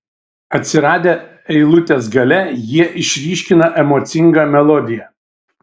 atsiradę eilutės gale jie išryškina emocingą melodiją